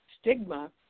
stigma